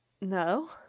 No